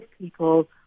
people